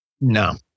No